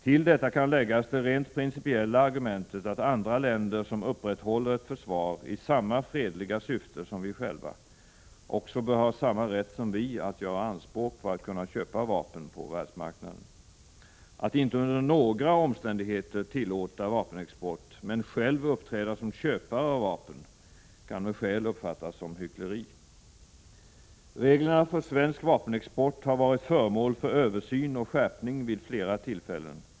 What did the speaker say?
Till detta kan läggas det rent principiella argumentet att andra länder, som upprätthåller ett försvar i samma fredliga syfte som vi själva, också bör ha samma rätt som vi att göra anspråk på att kunna köpa vapen på världsmarknaden. Att inte under några omständigheter tillåta vapenexport, men själv uppträda som köpare av vapen kan med skäl uppfattas som hyckleri. Reglerna för svensk vapenexport har varit föremål för översyn och skärpning vid flera tillfällen.